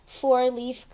four-leaf